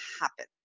happen